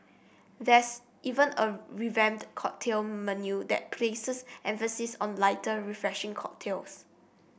there's even a revamped cocktail menu that places emphasis on lighter refreshing cocktails